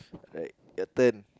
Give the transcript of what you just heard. right your turn